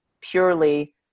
purely